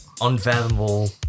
unfathomable